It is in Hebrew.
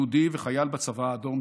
יהודי וחייל בצבא האדום,